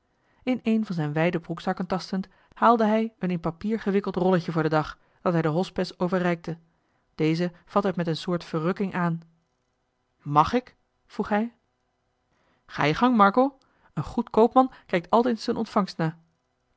in een van zijn wijde broekzakken tastend haalde hij een in papier gewikkeld rolletje voor den dag dat hij den hospes overreikte deze vatte het met een soort verrukking aan mag ik vroeg hij a je gang arkel en goed koopman kijkt altijd z n ontvangst na